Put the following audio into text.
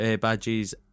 badges